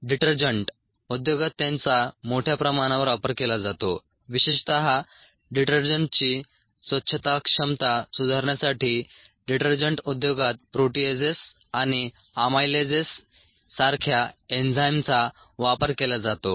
detergent उद्योगात त्यांचा मोठ्या प्रमाणावर वापर केला जातो विशेषत डिटर्जंटची स्वच्छता क्षमता सुधारण्यासाठी डिटर्जंट उद्योगात प्रोटीएजेस आणि अमायलेजेस सारख्या एन्झाईमचा वापर केला जातो